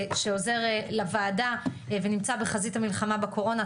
שעוזר לוועדה ונמצא בחזית המלחמה בקורונה,